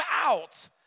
out